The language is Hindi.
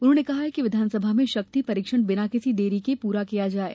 उन्होंने कहा है कि विधानसभा में शक्ति परीक्षण बिना किसी देरी के पूरा किया जाये